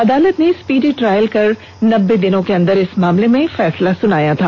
अदालत ने speedy trial कर नब्बे दिनों के अंदर इस मामले में फैसला सुनाया था